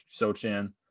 Sochan